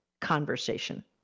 conversation